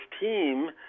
team –